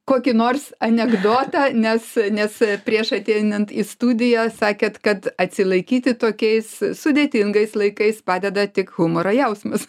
kokį nors anekdotą nes nes a prieš ateinant į studiją sakėt kad atsilaikyti tokiais sudėtingais laikais padeda tik humoro jausmas